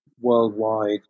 worldwide